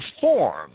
form